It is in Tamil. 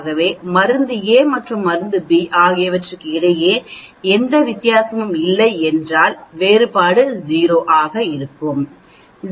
ஆகவே மருந்து A மற்றும் மருந்து B ஆகியவற்றுக்கு இடையில் எந்த வித்தியாசமும் இல்லை என்றால் வேறுபட்டது 0 ஆக இருக்க வேண்டும்